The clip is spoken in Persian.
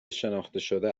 شناختهشده